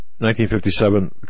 1957